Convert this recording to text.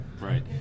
right